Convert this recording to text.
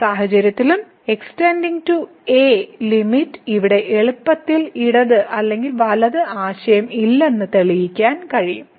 ഈ സാഹചര്യത്തിലും x a limit ഇവിടെ എളുപ്പത്തിൽ ഇടത് അല്ലെങ്കിൽ വലത് ആശയം ഇല്ലെന്ന് തെളിയിക്കാൻ കഴിയും